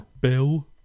Bill